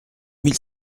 mille